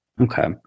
Okay